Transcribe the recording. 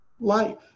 life